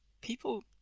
people